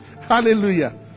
Hallelujah